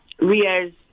Riaz